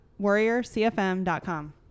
warriorcfm.com